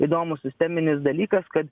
įdomus sisteminis dalykas kad